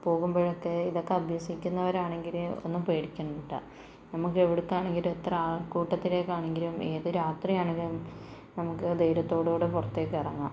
പോകുമ്പോഴൊക്കെ ഇതൊക്കെ അഭ്യസിക്കുന്നവരാണെങ്കില് ഒന്നും പേടിക്കണ്ട നമുക്കെവിടുത്താണെങ്കിലും എത്ര ആൾക്കൂട്ടത്തിലേക്കാണെങ്കിലും ഏത് രാത്രിയാണെങ്കിലും നമുക്ക് ധൈര്യത്തോടുകൂടെ പുറത്തേക്കിറങ്ങാം